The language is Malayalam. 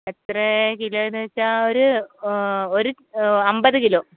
എത്രേ കിലോ എന്ന് വച്ചാൽ ഒരു ഒരു അമ്പത് കിലോ